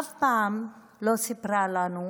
אף פעם לא סיפרו לנו,